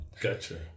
Gotcha